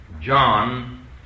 John